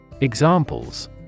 Examples